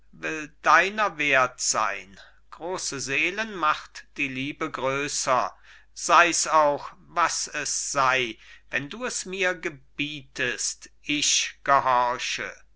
deiner wert sein große seelen macht die liebe größer seis auch was es sei wenn du es mir gebietest ich gehorche